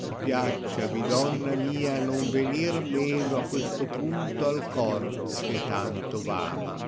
io piacciati donna mia non venir meno a questo ponto al cor cbe tanto y